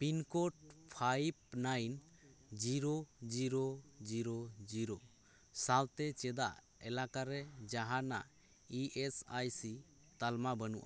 pin code five nine zero zero zero zero ᱥᱟᱶᱛᱮ ᱪᱮᱫᱟᱜ ᱮᱞᱟᱠᱟᱨᱮ ᱡᱟᱸᱦᱟᱱᱟᱜ ᱤ ᱮᱥ ᱟᱭ ᱥᱤ ᱛᱟᱞᱢᱟ ᱵᱟᱹᱱᱩᱜᱼᱟ